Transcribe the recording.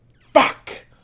fuck